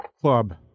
club